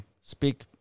speak